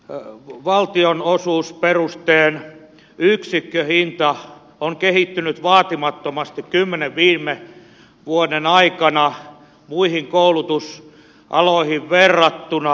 kansanopistojen valtionosuusperusteen yksikköhinta on kehittynyt vaatimattomasti kymmenen viime vuoden aikana muihin koulutusaloihin verrattuna